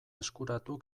eskuratu